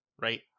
right